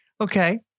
Okay